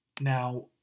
Now